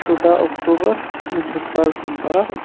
شُراہ اوٚکتوٗبَر زٕساس بَہہ